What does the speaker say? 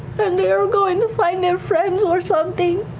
and they're going to find their friends or something.